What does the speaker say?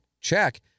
check